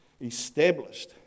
Established